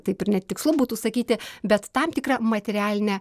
taip ir netikslu būtų sakyti bet tam tikra materialinė